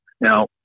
Now